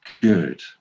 good